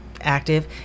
active